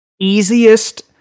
Easiest